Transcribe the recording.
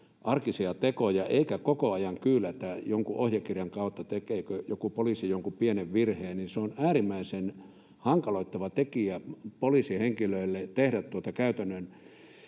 arkisia tekoja ja koko ajan kyylätään jonkun ohjekirjan kautta, tekeekö joku poliisi jonkun pienen virheen, niin se on äärimmäisen hankaloittava tekijä poliisihenkilöille tehdä käytännön